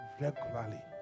regularly